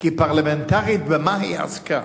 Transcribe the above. כפרלמנטרית, במה היא עסקה.